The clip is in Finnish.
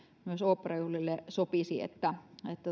myös oopperajuhlille sopisi että